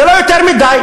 זה לא יותר מדי.